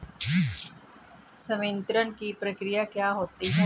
संवितरण की प्रक्रिया क्या होती है?